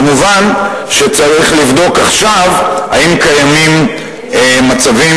מובן שצריך לבדוק עכשיו האם קיימים מצבים